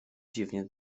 dziwnie